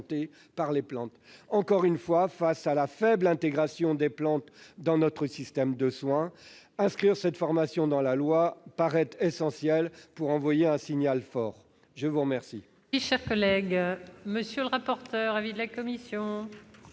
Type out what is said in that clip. par les plantes. Eu égard à la faible intégration des plantes dans notre système de soins, inscrire cette formation dans la loi paraît essentiel pour envoyer un signal fort ! Quel